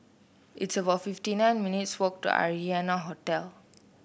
it's about fifty nine minutes' walk to Arianna Hotel